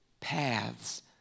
paths